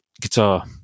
guitar